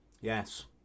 yes